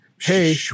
hey